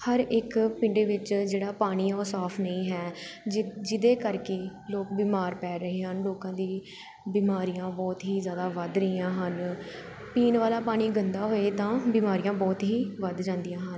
ਹਰ ਇੱਕ ਪਿੰਡ ਵਿੱਚ ਜਿਹੜਾ ਪਾਣੀ ਆ ਉਹ ਸਾਫ਼ ਨਹੀਂ ਹੈ ਜਿਹ ਜਿਹਦੇ ਕਰਕੇ ਲੋਕ ਬਿਮਾਰ ਪੈ ਰਹੇ ਹਨ ਲੋਕਾਂ ਦੀ ਬਿਮਾਰੀਆਂ ਬਹੁਤ ਹੀ ਜ਼ਿਆਦਾ ਵੱਧ ਰਹੀਆਂ ਹਨ ਪੀਣ ਵਾਲਾ ਪਾਣੀ ਗੰਦਾ ਹੋਏ ਤਾਂ ਬਿਮਾਰੀਆਂ ਬਹੁਤ ਹੀ ਵੱਧ ਜਾਂਦੀਆਂ ਹਨ